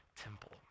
temple